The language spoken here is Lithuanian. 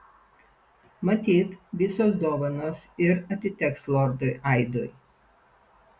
matyt visos dovanos ir atiteks lordui aidui